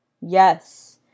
Yes